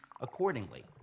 accordingly